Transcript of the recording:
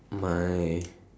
my